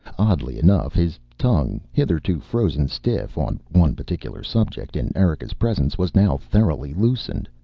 oddly enough his tongue, hitherto frozen stiff on one particular subject in erika's presence, was now thoroughly loosened.